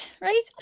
right